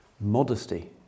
modesty